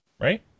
right